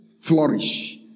Flourish